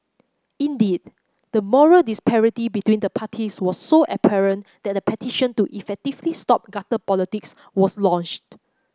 indeed the moral disparity between the parties was so apparent that a petition to effectively stop gutter politics was launched